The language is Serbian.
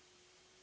Hvala.